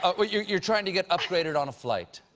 ah but you're you're trying to get upgraded on a flight.